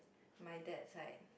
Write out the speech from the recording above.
my dad side